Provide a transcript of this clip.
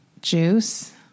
juice